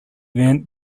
earned